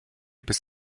bis